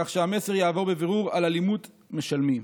כך שהמסר יעבור בבירור: על אלימות משלמים".